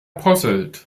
posselt